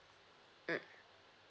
mm